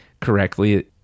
correctly